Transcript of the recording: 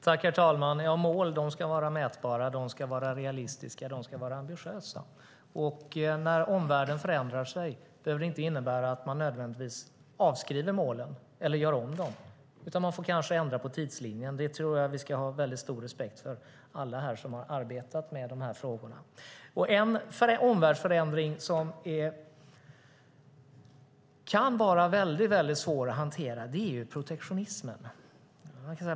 Herr talman! Mål ska vara mätbara, realistiska och ambitiösa. När omvärlden förändrar sig behöver det inte innebära att man nödvändigtvis avskriver målen eller gör om dem utan att man kanske får ändra på tidslinjen. Det ska alla vi som arbetar med dessa frågor ha stor respekt för. En omvärldsförändring som kan vara svår att hantera är protektionismen.